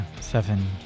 seven